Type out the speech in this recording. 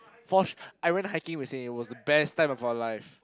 pause I went hiking with and it was the best time of our life